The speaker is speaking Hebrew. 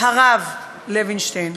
"הרב" לוינשטיין,